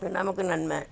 நமக்கு நன்மை